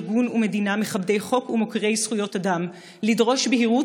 ארגון ומדינה מכבדי חוק ומוקירי זכויות אדם לדרוש בהירות